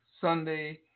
Sunday